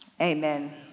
amen